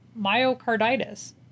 myocarditis